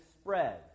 spread